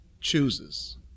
chooses